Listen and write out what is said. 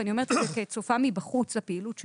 ואני אומרת את זה כצופה מבחוץ על הפעילות שלהם,